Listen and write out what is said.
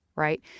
right